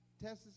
Texas